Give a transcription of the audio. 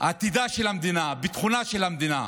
עתידה של המדינה, ביטחונה של המדינה.